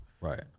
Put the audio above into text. right